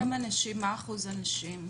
מה אחוז הנשים?